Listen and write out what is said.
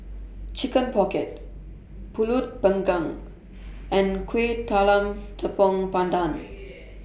Chicken Pocket Pulut Panggang and Kueh Talam Tepong Pandan